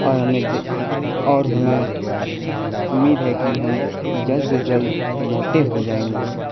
اور ہمیں جو اور ہمیں امید ہے کہ ہم جلد سے جلد موٹے ہو جائیں گے